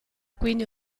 quindi